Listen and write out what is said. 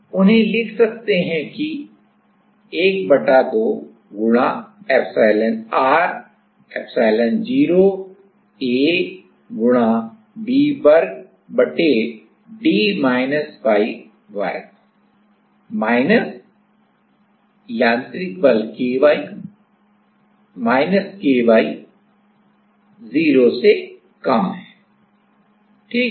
तो हम उन्हें लिख सकते हैं कि 12 epsilonr epsilon0 A V वर्ग वर्ग है माइनस यांत्रिक बल ky ky 0 से कम है ठीक है